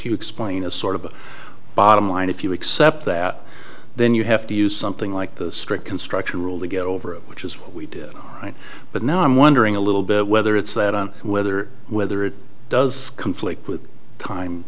you explain a sort of bottom line if you accept that then you have to use something like the strict construction rule to get over it which is what we did right but now i'm wondering a little bit whether it's that and whether whether it does conflict with time